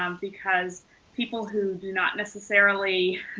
um because people who do not necessarily,